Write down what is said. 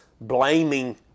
Blaming